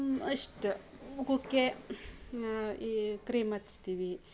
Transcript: ಅಷ್ಟೆ ಮುಖಕ್ಕೆ ಈ ಕ್ರೀಮ್ ಹಚ್ತಿವಿ